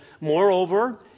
moreover